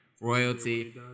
royalty